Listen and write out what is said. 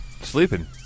sleeping